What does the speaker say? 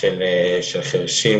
של החרשים,